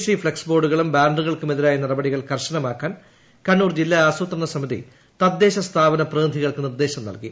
C flex ബോർഡുകളും ബാനറുകൾക്കുമെതിരായ നടപടികൾ കർശനമാക്കാൻ കണ്ണൂർ ജില്ലാ ആസൂത്രണ സമിതി തദ്ദേശ സ്ഥാപന പ്രതിനിധികൾക്ക് നിർദ്ദേശം നൽകി